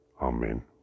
Amen